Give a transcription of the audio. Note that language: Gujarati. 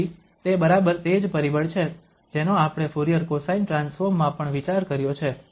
તેથી તે બરાબર તે જ પરિબળ છે જેનો આપણે ફુરીયર કોસાઇન ટ્રાન્સફોર્મ માં પણ વિચાર કર્યો છે